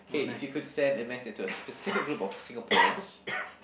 !wow! nice